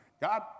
God